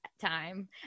time